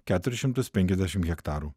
keturis šimtus penkiasdešim hektarų